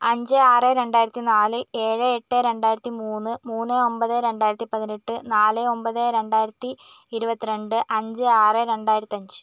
അഞ്ച് ആറ് രണ്ടായിരത്തി നാല് ഏഴ് എട്ട് രണ്ടായിരത്തി മൂന്ന് മൂന്ന് ഒൻപത് രണ്ടായിരത്തി പതിനെട്ട് നാല് ഒൻപത് രണ്ടായിരത്തി ഇരുപത്രണ്ട് അഞ്ച് ആറ് രണ്ടായിരത്തഞ്ച്